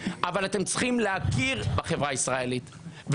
אבל אתם צריכים להכיר בחברה הישראלית,